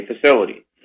facility